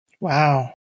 Wow